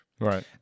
Right